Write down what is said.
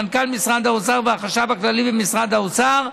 מנכ"ל משרד האוצר והחשב הכללי במשרד האוצר,